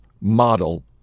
model